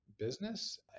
Business